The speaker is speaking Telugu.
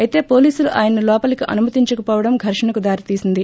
అయితే పోలీసులు ఆయనను లోపలికి అనుమతించక పోవడం ఘర్షణకు దారి తీసింది